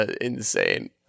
Insane